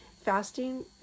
fasting